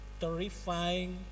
terrifying